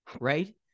right